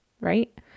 right